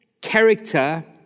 character